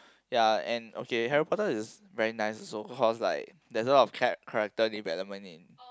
ya and okay Harry-Potter is very nice also cause like there's a lot of cha~ character development in